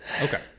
okay